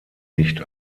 nicht